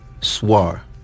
Swar